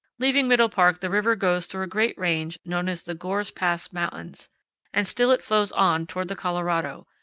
leaving middle park the river goes through a great range known as the gore's pass mountains and still it flows on toward the colorado,